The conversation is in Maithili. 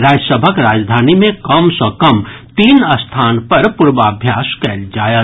राज्य सभक राजधानी मे कम सँ कम तीन स्थान पर पूर्वाभ्यास कयल जायत